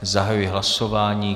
Zahajuji hlasování.